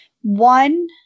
one